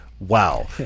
Wow